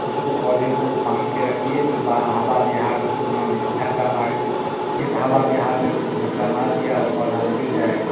उसको पौधे को बांध के रखिए जो हवा बिहार उसको ना झटका मारे इस हवा बिहार ने उसको झटका मार दिया और पौधा गिर जाएगा